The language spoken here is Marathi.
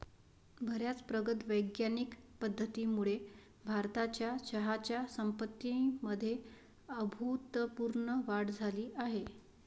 बर्याच प्रगत वैज्ञानिक पद्धतींमुळे भारताच्या चहाच्या संपत्तीमध्ये अभूतपूर्व वाढ झाली आहे